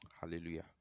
Hallelujah